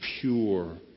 pure